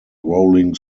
rolling